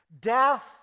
Death